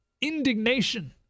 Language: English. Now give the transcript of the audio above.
indignation